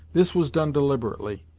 this was done deliberately,